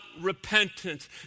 repentance